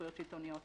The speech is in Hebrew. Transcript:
סמכויות שלטוניות